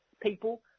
people